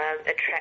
attract